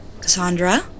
Cassandra